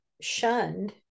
shunned